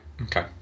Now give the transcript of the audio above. Okay